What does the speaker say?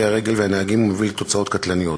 הרגל והנהגים ומביא לתוצאות קטלניות.